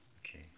Okay